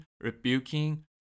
rebuking